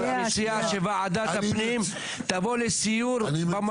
עירייה צריכה בסוף לקחת את האינטרס הציבורי של התושבים שלה,